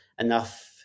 enough